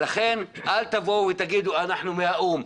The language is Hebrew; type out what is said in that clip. לכן אל תבואו ותגידו שאתם מהאו"ם,